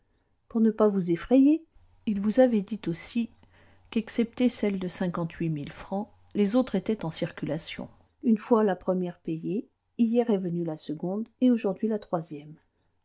pour ne pas vous effrayer il vous avait dit aussi qu'excepté celle de cinquante-huit mille francs les autres étaient en circulation une fois la première payée hier est venue la seconde et aujourd'hui la troisième